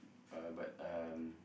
uh but uh